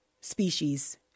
species